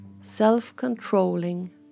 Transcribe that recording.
self-controlling